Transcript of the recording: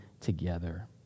together